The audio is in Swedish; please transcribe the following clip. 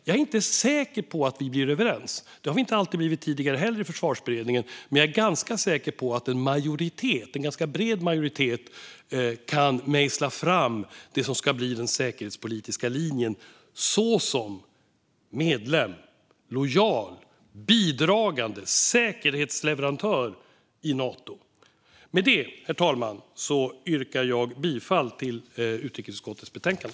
Jag är inte säker på att vi blir överens, och det har vi inte alltid blivit tidigare i Försvarsberedningen, men jag är ganska säker på att en bred majoritet kan mejsla fram det som ska bli den säkerhetspolitiska linjen, nämligen en medlem som är en lojal bidragande säkerhetsleverantör i Nato. Herr talman! Jag yrkar bifall till förslaget i utrikesutskottets betänkande.